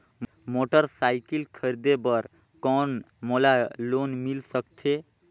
Motorcycle खरीदे बर कौन मोला लोन मिल सकथे?